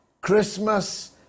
christmas